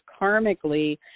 karmically